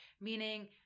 Meaning